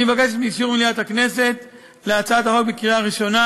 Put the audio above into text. אני מבקש את אישור מליאת הכנסת להצעת החוק בקריאה ראשונה.